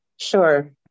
sure